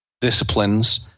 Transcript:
disciplines